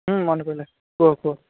ମନେ ପଡ଼ିଲା କୁହ କୁହ